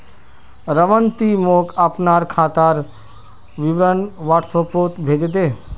रमन ती मोक अपनार खातार विवरण व्हाट्सएपोत भेजे दे